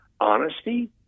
honesty